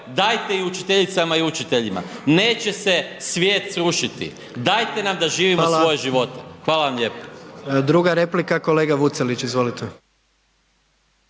dajte i učiteljicama i učiteljima. Neće se svijet srušiti. Dajte nam da živimo svoje živote. Hvala vam lijepo. **Jandroković, Gordan (HDZ)** Hvala.